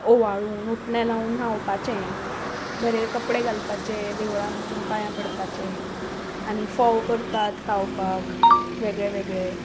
ओवाळून उठणें लावून न्हावपाचें बरे कपडे घालपाचे देवळान वचून पांयां पडपाचें आनी फोव करतात खावपाक वेगळे वेगळे